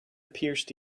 pierced